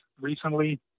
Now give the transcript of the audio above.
recently